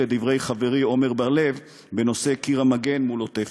דברי חברי עמר בר-לב בנושא קיר המגן מול עוטף-עזה.